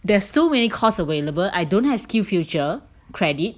there's too many course available I don't have SkillsFuture credit